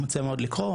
מציע מאוד לקרוא,